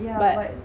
but